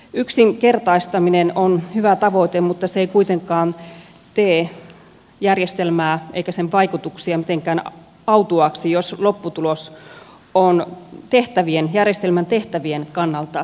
yksinkertaistaminen on hyvä tavoite mutta se ei kuitenkaan tee järjestelmää eikä sen vaikutuksia mitenkään autuaiksi jos lopputulos on järjestelmän tehtävien kannalta katastrofaalinen